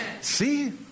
See